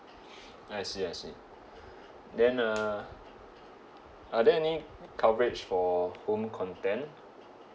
I see I see then uh are there any coverage for home content